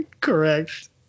Correct